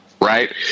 right